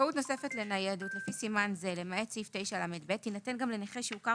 9לאזכאות נוספת לניידות עקב נכות שהוכרה